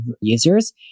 users